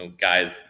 guys